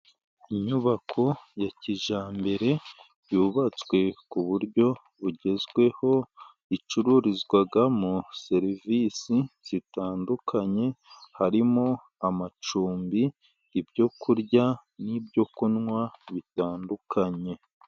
Inyubako ya kijyambere yubatswe ku buryo bugezweho, icururizwamo serivisi zitandukanye harimo amacumbi, ibyo kurya n'ibyo kunywa bitandukanye.